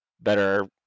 better